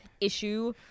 issue